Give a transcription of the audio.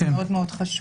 כי זה מאוד מאוד חשוב.